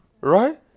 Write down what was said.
Right